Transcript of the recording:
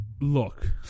Look